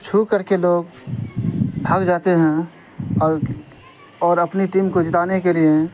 چھو کر کے لوگ بھاگ جاتے ہیں اور اور اپنی ٹیم کو جتانے کے لیے